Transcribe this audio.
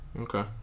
Okay